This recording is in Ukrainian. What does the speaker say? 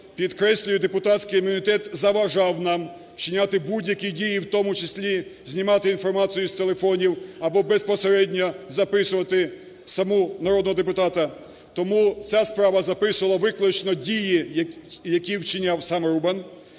Підкреслюю, депутатський імунітет заважав нам вчиняти будь-які дії, в тому числі знімати інформацію з телефонів або безпосередньо записувати самого народного депутата. Тому ця справа записувала виключно дії, які вчиняв сам Рубан,